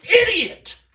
idiot